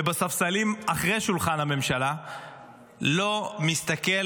ובספסלים אחרי שולחן הממשלה לא מסתכל